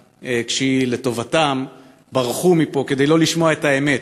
כשהיא לטובתם ברחו מפה כדי לא לשמוע את האמת.